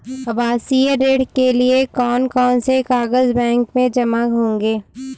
आवासीय ऋण के लिए कौन कौन से कागज बैंक में जमा होंगे?